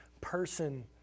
person